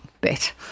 bit